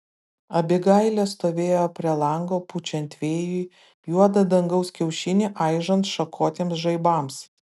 abigailė stovėjo prie lango pučiant vėjui juodą dangaus kiaušinį aižant šakotiems žaibams